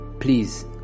Please